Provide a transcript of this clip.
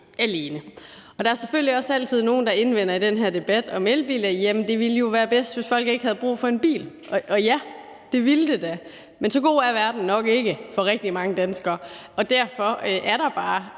alene. Der er selvfølgelig også altid nogle, der i den her debat om elbiler indvender, at det jo ville være bedst, hvis folk ikke havde brug for en bil. Og ja, det ville det da, men så god er verden nok ikke for rigtig mange danskere, og derfor er der bare